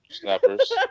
snappers